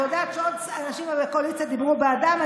אני יודעת שעוד אנשים מהקואליציה דיברו בעדם.